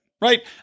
right